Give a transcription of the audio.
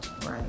right